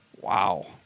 Wow